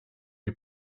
you